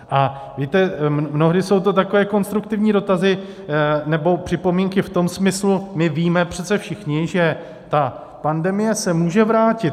A víte, mnohdy jsou to takové konstruktivní dotazy nebo připomínky v tom smyslu, my víme přece všichni, že ta pandemie se může vrátit.